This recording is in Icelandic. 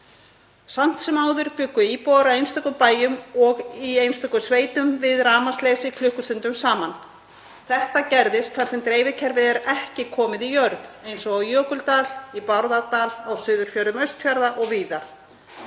Samt sem áður bjuggu íbúar á einstökum bæjum og í einstökum sveitum við rafmagnsleysi klukkustundum saman. Þetta gerðist þar sem dreifikerfið er ekki komið í jörð eins og á Jökuldal, í Bárðardal, á suðurfjörðum Austfjarða og víðar.